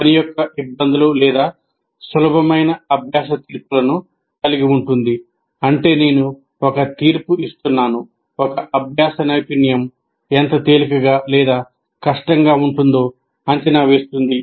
ఇది పని యొక్క ఇబ్బందులు లేదా సులభమైన అభ్యాస తీర్పులను కలిగి ఉంటుంది అంటే నేను ఒక తీర్పు ఇస్తున్నాను ఒక అభ్యాస నైపుణ్యం ఎంత తేలికగా లేదా కష్టంగా ఉంటుందో అంచనా వేస్తుంది